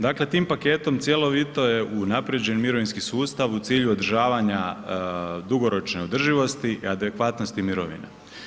Dakle tim paketom cjelovito je unaprijeđen mirovinski sustav u cilju održavanja dugoročne održivosti i adekvatnosti mirovine.